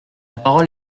parole